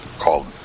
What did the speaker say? Called